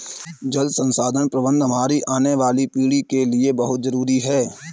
जल संसाधन प्रबंधन हमारी आने वाली पीढ़ी के लिए बहुत जरूरी है